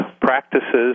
practices